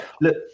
look